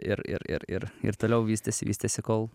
ir ir ir ir ir toliau vystėsi vystėsi kol